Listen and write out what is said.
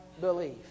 belief